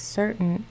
certain